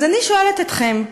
אז אני שואלת אתכם: